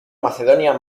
macedonia